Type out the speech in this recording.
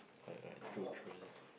correct correct true true